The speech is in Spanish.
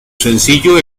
sencillo